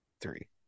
three